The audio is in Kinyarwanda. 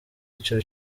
ico